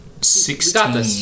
Sixteen